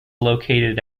located